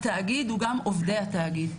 התאגיד הוא גם עובדי התאגיד,